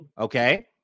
Okay